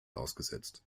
ausgesetzt